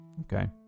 Okay